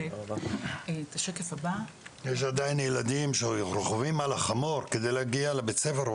יש עדיין ילדים שרוכבים על החמור כדי להגיע לבית ספר,